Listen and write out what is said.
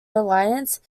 alliance